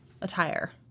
attire